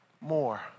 more